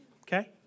Okay